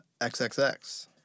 XXX